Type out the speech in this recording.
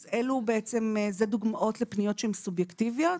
אז זה דוגמאות לפניות שהן סובייקטיביות.